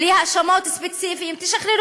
בלי האשמות ספציפיות,